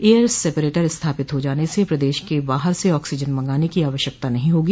air separator स्थापित हो जाने से प्रदेश के बाहर से ऑक्सीजन मंगाने की आवश्यकता नहीं होगी